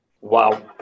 Wow